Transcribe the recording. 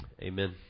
amen